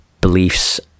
beliefs